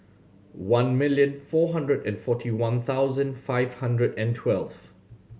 one million four hundred and forty one thousand five hundred and twelve